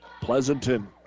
Pleasanton